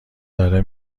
داره